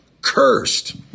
cursed